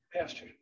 pastor